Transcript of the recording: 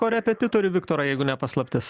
korepetitorių viktorą jeigu ne paslaptis